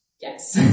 Yes